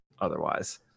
otherwise